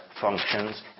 functions